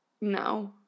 No